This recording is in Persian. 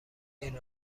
این